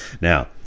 Now